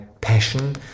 passion